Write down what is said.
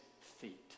feet